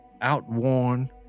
outworn